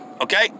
Okay